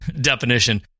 definition